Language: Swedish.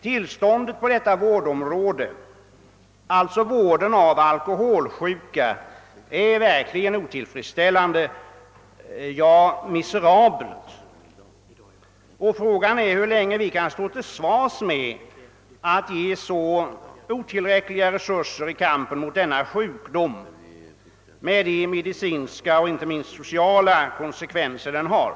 Tillståndet på detta vårdområde, alltså vården av alkoholsjuka, är högst otillfredsställande — ja, miserabelt — och frågan är hur länge vi kan stå till svars med att anslå så otillräckliga medel i kampen mot denna sjukdom med de medicinska och inte minst sociala konsekvenser den har.